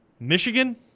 Michigan